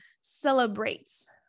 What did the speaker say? celebrates